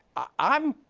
i'm